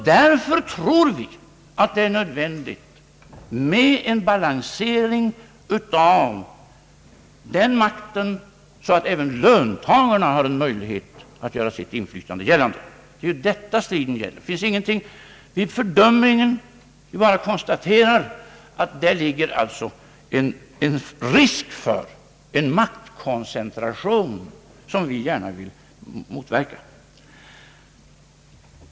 Därför tror vi att det är nödvändigt med en balansering av den makten så att även löntagarna har en möjlighet ati göra sitt inflytande gällande. Det är ju detta striden gäller. Vi fördömer ingen, vi bara konstaterar att det föreligger en risk för en maktkoncentration som vi gärna vill motverka.